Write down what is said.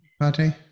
Patty